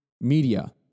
Media